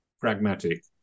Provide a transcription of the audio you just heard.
pragmatic